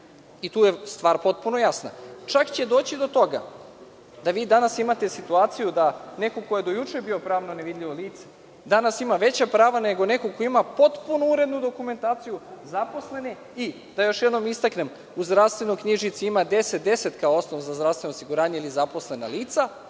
Tu je stvar potpuno jasna. Čak će doći do toga da vi danas imate situaciju, da neko ko je do juče bio pravno nevidljivo lice, danas ima veća prava nego neko ko ima potpuno urednu dokumentaciju zaposlene i da još jednom istaknem u zdravstvenoj knjižici ima 1010 kao osnov za zdravstveno osiguranje ili zaposlena lica,